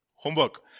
Homework